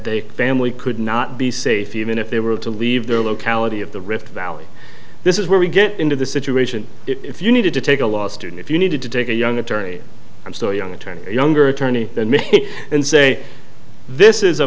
they family could not be safe even if they were to leave their locality of the rift valley this is where we get into the situation if you needed to take a law student if you needed to take a young attorney i'm so young attorney younger attorney than me and say this is a